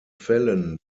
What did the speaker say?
fällen